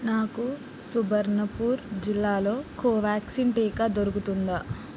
నాకు సుబర్ణపూర్ జిల్లాలో కోవ్యాక్సిన్ టీకా దొరుకుతుందా